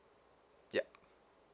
yup